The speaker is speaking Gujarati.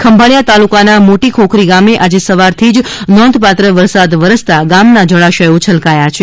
ખંભાળીયા તાલુકાના મોટી ખોખરી ગામે આજે સવારથી જ નોંધપાત્ર વરસાદ વરસતા ગામના જળાશયો છલકાયા છે